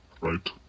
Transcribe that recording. right